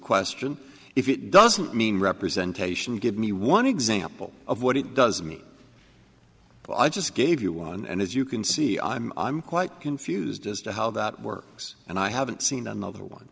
question if it doesn't mean representation give me one example of what it does mean but i just gave you one and as you can see i'm i'm quite confused as to how that works and i haven't seen another one